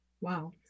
Wow